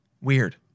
weird